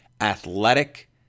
athletic